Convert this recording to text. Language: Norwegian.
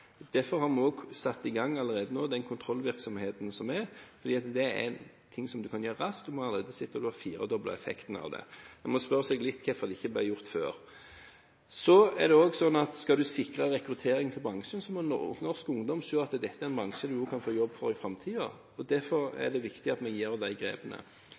Derfor har vi allerede satt i gang denne kontrollvirksomheten, for det er ting man kan gjøre raskt. Vi har allerede sett at det har firedoblet effekten. Man må spørre seg hvorfor det ikke ble gjort før. Skal man sikre rekruttering til bransjen, må norsk ungdom se at dette er en bransje man kan få jobb i i framtiden. Derfor er det viktig at vi gjør disse grepene.